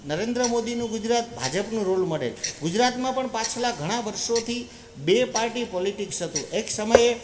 નરેન્દ્ર મોદીનું ગુજરાત ભાજપનું role model ગુજરાતમાં પણ પાછલા ઘણા વર્ષોથી બે પાર્ટી પોલિટીક્સ હતું એક સમયે